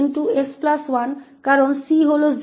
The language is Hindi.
तो 𝑈𝑥 𝑠 होगा xss1क्योंकि 𝑐 0 है